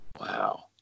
Wow